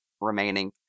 remaining